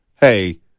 hey